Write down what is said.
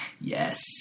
Yes